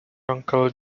uncle